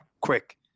quick